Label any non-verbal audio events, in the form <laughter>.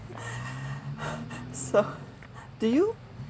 <breath> so do you